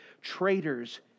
traitors